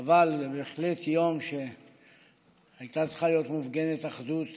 זה בהחלט יום שהייתה צריכה להיות מופגנת בו אחדות